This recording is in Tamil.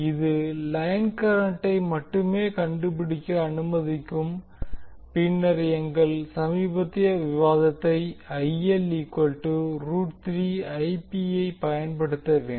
இது லைன் கரண்டை மட்டுமே கண்டுபிடிக்க அனுமதிக்கும் பின்னர் எங்கள் சமீபத்திய விவாதத்தை ஐப் பயன்படுத்த வேண்டும்